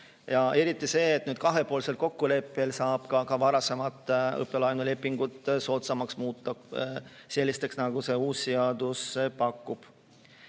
Eriti see, et nüüd kahepoolsel kokkuleppel saab ka varasemat õppelaenulepingut soodsamaks muuta – selliseks, nagu uus seadus pakub.